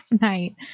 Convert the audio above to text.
night